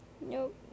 Nope